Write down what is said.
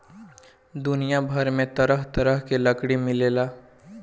दुनिया भर में तरह तरह के लकड़ी मिलेला